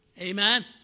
Amen